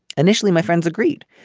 initially my friends agreed.